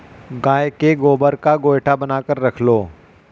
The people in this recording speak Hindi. गाय के गोबर का गोएठा बनाकर रख लो